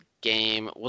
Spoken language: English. game